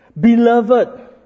beloved